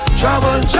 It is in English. trouble